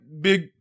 big